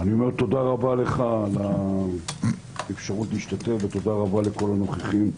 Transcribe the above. אומר תודה רבה לך על ה אפשרות להשתתף ותודה רבה לכל הנוכחים.